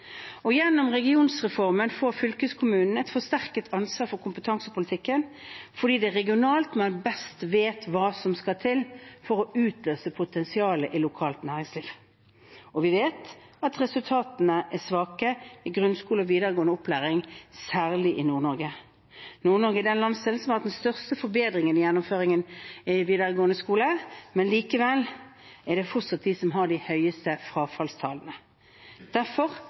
Tromsø. Gjennom regionreformen får fylkeskommunene et forsterket ansvar for kompetansepolitikken fordi det er regionalt man best vet hva som skal til for å utløse potensialet i lokalt næringsliv. Vi vet at resultatene er svake i grunnskole og videregående opplæring, særlig i Nord-Norge. Nord-Norge er den landsdelen som har hatt den største forbedringen i gjennomføring av videregående skole, likevel har den fortsatt de høyeste frafallstallene. Derfor